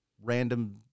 random